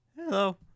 Hello